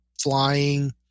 flying